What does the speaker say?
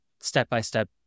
step-by-step